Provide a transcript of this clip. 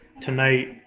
Tonight